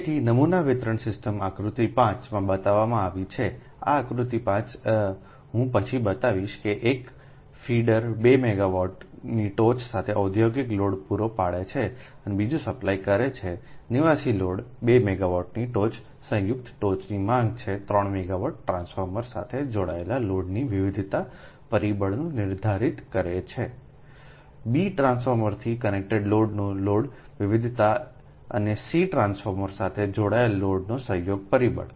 તેથી નમૂના વિતરણ સિસ્ટમ આકૃતિ 5 માં બતાવવામાં આવી છેઆકૃતિ 5 હું પછી બતાવીશ કે એક ફીડર 2 મેગાવાટની ટોચ સાથે ઔદ્યોગિક લોડ પૂરો પાડે છે અને બીજો સપ્લાય કરે છે નિવાસી લોડ 2 મેગાવાટની ટોચની સંયુક્ત ટોચની માંગ છે 3 મેગાવાટ ટ્રાન્સફોર્મર સાથે જોડાયેલા લોડના વિવિધતા પરિબળને નિર્ધારિત કરે છે બી ટ્રાન્સફોર્મરથી કનેક્ટેડ લોડની લોડ વિવિધતા અને સી ટ્રાન્સફોર્મર સાથે જોડાયેલા લોડના સંયોગ પરિબળ